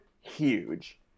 huge